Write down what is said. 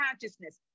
consciousness